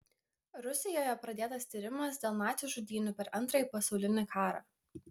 rusijoje pradėtas tyrimas dėl nacių žudynių per antrąjį pasaulinį karą